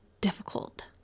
difficult